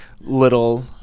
little